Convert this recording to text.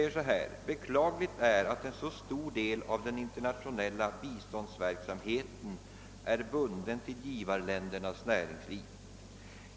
och II:422 — det är en partimotion: »Beklagligt är att en så stor del av den internationella biståndsverksamheten är bunden till givarländernas näringsliv.